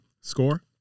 Score